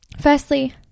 firstly